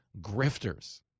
grifters